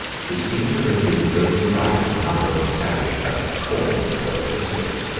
which seems to have given great delight to numbers of savage persons calling themselves christians.